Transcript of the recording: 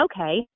okay